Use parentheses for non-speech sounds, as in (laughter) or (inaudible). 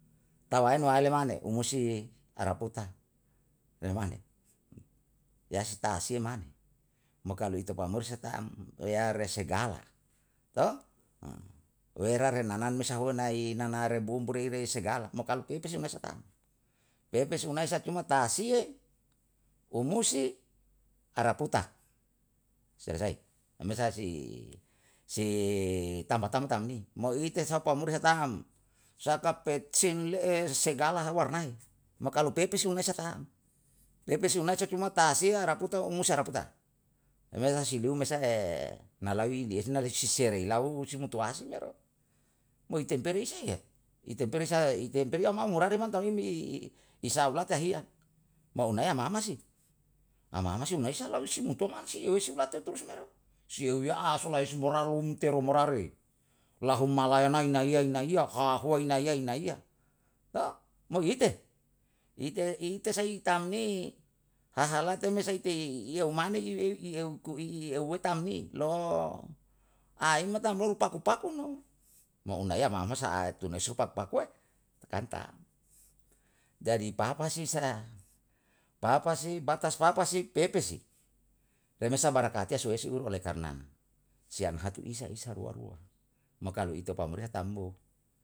Tawaen waele mane umusi araputa re mane yasi ta'sie mane mokalu ite pamusa tam yare segala to? (hesitation) wera re nanan me suwe nai nanare bumbu re iren segala mau pepesi se me tam, pepesi unai cuma tasie, umusi, araputa, selesai. pemesa si si tamba tam ni, mo ite saha pamuri he tam saka petsi le'e, segala hal warnai, mo kalu pepesi unai sa ta, pepesi unai sa cuma tasiya, araputa, umusi, araputa, pemesa si liu me sa e na lawi liese na seri lau isismutuasi ne mero, mo itemperi saie, itemperi sae itemperi amao morari man tau imisaulata hiya maunae ama ama si, ama ama si unai sala u si mutua man si yo he si ulate turus me ro, si euya'a soleyesi moraru umteroo morare, lahum malayanai inaiya inaiya hahua inaiya inaiya to? Mo huite ite sai tam ni hahalate me sei tei iiyo mane yo i eu ku i euye tam ni lo aim tam loru paku pakumo, mo unaya ama ama sa'a tune supa pakue? Kan tam. Jadi papasi sa, papasi batas papasi, pepe si. Remesa barakate suwesi uru oleh karna si anhatu isa, isa, rua, rua, mo kalo ite pamerintah tam bo